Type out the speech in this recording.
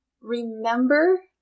remember